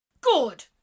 Good